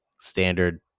standard